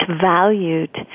valued